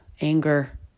anger